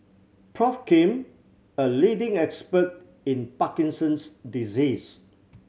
Prof Kim a leading expert in Parkinson's disease